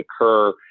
occur